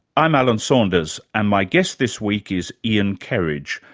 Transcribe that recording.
i'm alan saunders and my guest this week is ian kerridge,